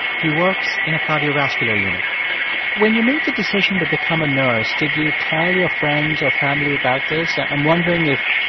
he works in a cardiovascular unit when you made the decision to become a nurse, did you tell your friends or family about this? i'm wondering if